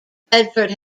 bedford